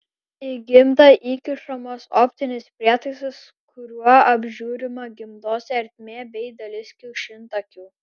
į gimdą įkišamas optinis prietaisas kuriuo apžiūrima gimdos ertmė bei dalis kiaušintakių